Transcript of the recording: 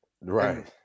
Right